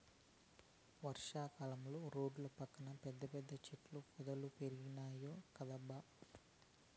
వర్షా కాలంలో రోడ్ల పక్కన పెద్ద పెద్ద చెట్ల పొదలు పెరిగినాయ్ కదబ్బా